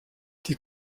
die